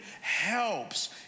helps